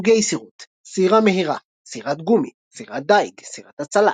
סוגי סירות סירה מהירה סירת גומי סירת דיג סירת הצלה